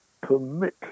permit